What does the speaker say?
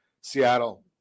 Seattle